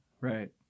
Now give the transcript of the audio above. Right